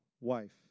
wife